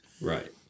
Right